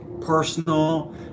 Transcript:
personal